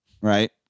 right